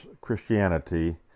Christianity